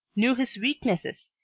knew his weaknesses,